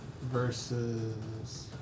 versus